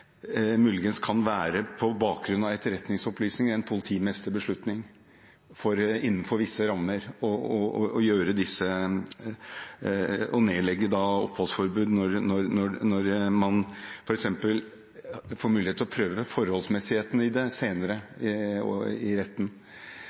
muligens kan være, på bakgrunn av etterretningsopplysninger, en politimesterbeslutning innenfor visse rammer å nedlegge oppholdsforbud, når man f.eks. får mulighet til å prøve forholdsmessigheten i det senere,